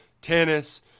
tennis